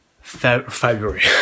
february